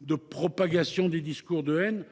de propagation des discours de haine,